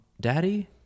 daddy